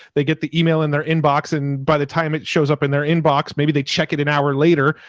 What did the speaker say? they get the email in their inbox and by the time it shows up in their inbox, maybe they check it an hour later.